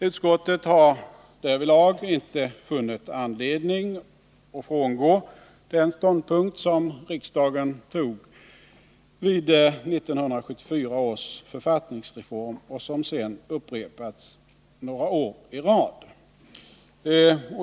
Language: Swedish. Utskottet har härvidlag inte funnit anledning att frångå den ståndpunkt som riksdagen intog vid 1974 års författningsreform och som sedan upprepats några år i rad.